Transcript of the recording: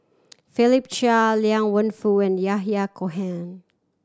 Philip Chia Liang Wenfu and Yahya Cohen